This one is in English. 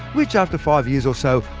which after five years or so,